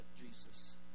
Jesus